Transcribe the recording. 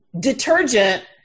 detergent